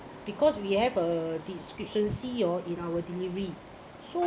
because we have a discrepancy orh in our delivery